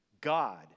God